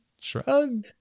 Shrug